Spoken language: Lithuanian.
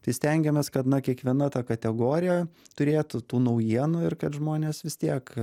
tai stengiamės kad na kiekviena ta kategorija turėtų tų naujienų ir kad žmonės vis tiek